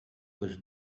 was